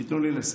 תנו לי לסיים.